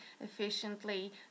efficiently